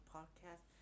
Podcast